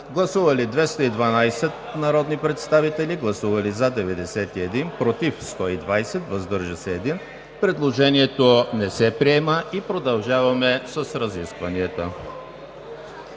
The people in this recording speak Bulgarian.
Гласували 212 народни представители: за 91, против 120, въздържал се 1. Предложението не се приема. Продължаваме с разискванията.